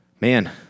man